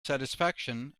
satisfaction